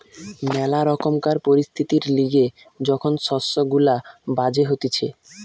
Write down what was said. ম্যালা রকমকার পরিস্থিতির লিগে যখন শস্য গুলা বাজে হতিছে